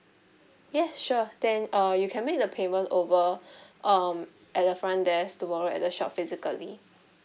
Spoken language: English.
yes sure then uh you can make the payment over um at the front desk tomorrow at the shop physically